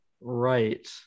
Right